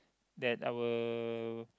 that our